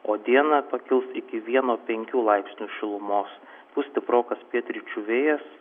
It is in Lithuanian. o dieną pakils iki vieno penkių laipsnių šilumos pūs stiprokas pietryčių vėjas